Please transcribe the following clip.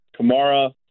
Kamara